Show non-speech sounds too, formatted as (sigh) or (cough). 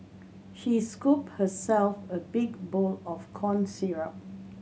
she scooped herself a big bowl of corn (unintelligible)